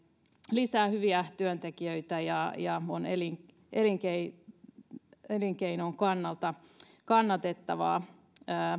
lisää hyviä työntekijöitä ja ja on elinkeinojen kannalta kannatettavaa